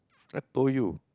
I pull you